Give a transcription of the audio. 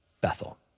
Bethel